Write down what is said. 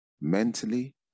mentally